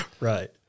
Right